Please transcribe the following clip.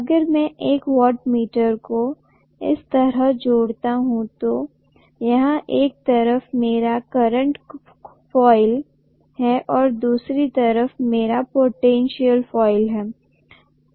अगर मैं एक वॉटमीटर को इस तरह जोड़ता हूं तो यहां एक तरफ मेरा करंट कॉइल है और दूसरी तरफ मेरा पोटेनशीयल कॉइल है